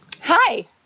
Hi